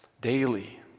daily